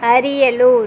Ariyalur